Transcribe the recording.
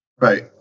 Right